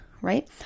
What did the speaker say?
right